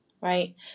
right